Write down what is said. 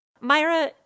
Myra